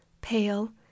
pale